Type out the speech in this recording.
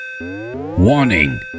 Warning